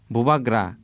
Bubagra